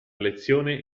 lezione